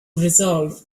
resolve